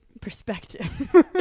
perspective